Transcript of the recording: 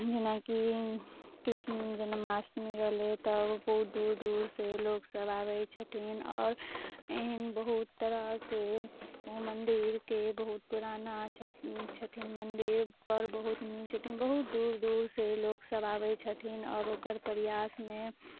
जेनाकि कृष्ण जन्माष्टमी रहलै तब बहुत दूर दूर से लोकसब आबै छथिन आओर एहन बहुत तरह से मन्दिरके बहुत पुराना छथिन मन्दिर पर बहुत नीक छथिन बहुत दूर दूर से लोकसब आबै छथिन आओर ओकर प्रयासमे